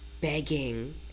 begging